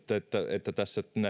että tässä